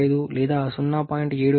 75 లేదా 0